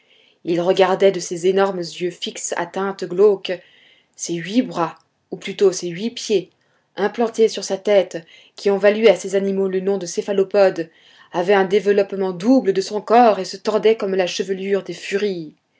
il regardait de ses énormes yeux fixes à teintes glauques ses huit bras ou plutôt ses huit pieds implantés sur sa tête qui ont valu à ces animaux le nom de céphalopodes avaient un développement double de son corps et se tordaient comme la chevelure des furies